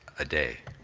a day,